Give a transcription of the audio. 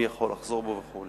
מי יכול לחזור בו וכו'.